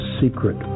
secret